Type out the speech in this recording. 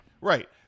Right